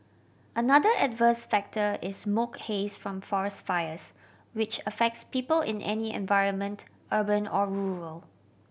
another adverse factor is smoke haze from forest fires which affects people in any environment urban or rural